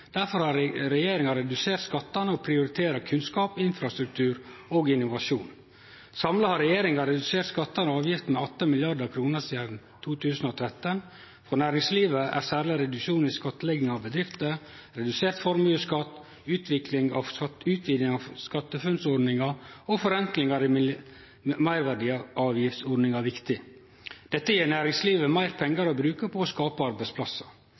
Derfor har regjeringa redusert skattane og prioriterer kunnskap, infrastruktur og innovasjon. Samla har regjeringa redusert skattane og avgiftene med 18 mrd. kr sidan 2013. For næringslivet er særleg reduksjon i skattlegginga av bedrifter, redusert formuesskatt, utviding av SkatteFUNN-ordninga og forenklingar i meirverdiavgiftsordninga viktig. Dette gjev næringslivet meir pengar å bruke på å skape arbeidsplassar.